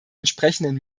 entsprechenden